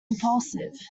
impulsive